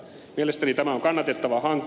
mielestäni tämä on kannatettava hanke